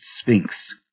Sphinx